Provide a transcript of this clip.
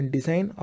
Design